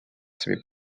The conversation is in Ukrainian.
собі